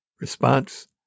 Response